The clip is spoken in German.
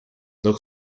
noch